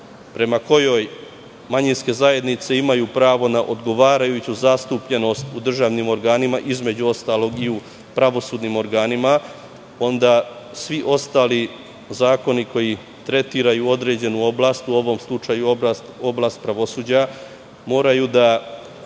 prema kojoj manjinske zajednice imaju pravo na odgovarajuću zastupljenost u državnim organima, između ostalog i u pravosudnim organima, onda svi ostali zakoni koji tretiraju određenu oblast, u ovom slučaju oblast pravosuđa, moraju da